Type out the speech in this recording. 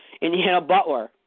Indiana-Butler